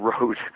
road